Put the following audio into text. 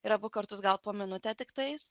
ir abu kartus gal po minutę tiktais